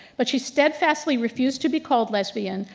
but she steadfastly refused to be called lesbian,